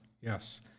Yes